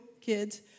kids